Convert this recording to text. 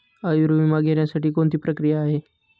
आयुर्विमा घेण्यासाठी कोणती प्रक्रिया आहे?